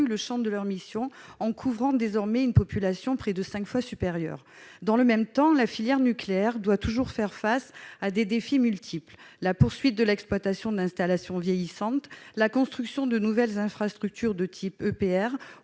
le champ de leurs missions en couvrant désormais une population près de cinq fois supérieure. Dans le même temps, la filière nucléaire doit toujours faire face à des défis multiples : poursuite de l'exploitation d'installations vieillissantes, construction de nouvelles infrastructures de type EPR